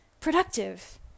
productive